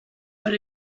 but